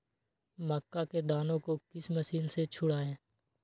मक्का के दानो को किस मशीन से छुड़ाए?